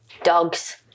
Dogs